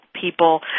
people